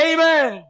Amen